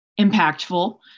impactful